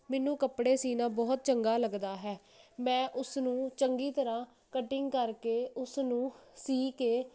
ਮੈਨੂੰ ਕੱਪੜੇ ਸੀਨਾ ਬਹੁਤ ਚੰਗਾ ਲੱਗਦਾ ਹੈ ਮੈਂ ਉਸਨੂੰ ਚੰਗੀ ਤਰ੍ਹਾਂ ਕਟਿੰਗ ਕਰਕੇ ਉਸ ਨੂੰ ਸੀ ਕੇ